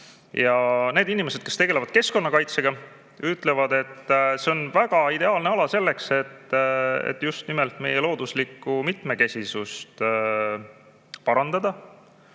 Need inimesed, kes tegelevad keskkonnakaitsega, ütlevad, et see on väga ideaalne ala selleks, et just nimelt meie looduslikku mitmekesisust parandada.